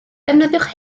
defnyddiwch